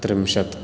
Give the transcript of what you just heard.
त्रिंशत्